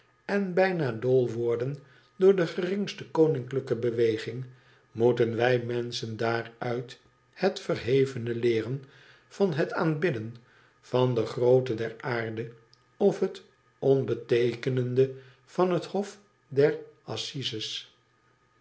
en bijna dol worden door de geringste koninklijke beweging moeten wij menschen daaruit het verhevene leeren van het aanbidden van de grooten der aarde of het onbeteekenende van hethofder assises ik